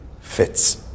fits